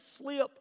slip